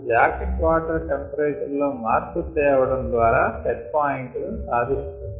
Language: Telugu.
అది జాకెట్ వాటర్ టెంపరేచర్ లో మార్పు తేవడం ద్వారా సెట్ పాయింట్ ను సాధిస్తుంది